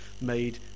made